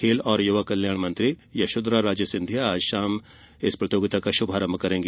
खेल और युवा कल्याण मंत्री यशोधरा राजे सिंधिया आज शाम दूर्नामेंट का शुभारंभ करेंगी